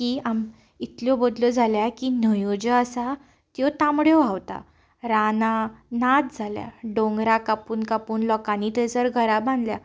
की इतल्यो बदल्यो जाल्या की न्हंयो ज्यो आसा त्यो तांबड्यो व्हांवता रानां नाच जाल्यात दोंगरा कापून कापून लोकांनी थंय घरां बांदल्यांत